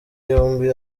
yombi